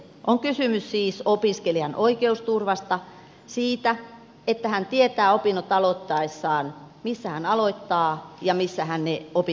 on kysymys siis opiskelijan oikeusturvasta siitä että hän tietää opinnot aloittaessaan missä hän aloittaa ja missä hän ne opintonsa lopettaa